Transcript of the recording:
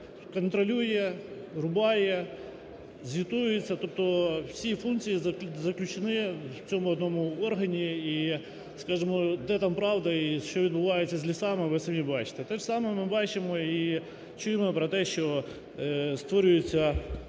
контролює, рубає, звітується, тобто всі функції заключені в цьому одному органі, і скажемо, де там правда і що відбувається з лісами, ви самі бачите. Те ж саме ми бачимо і чуємо про те, що створюється